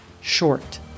short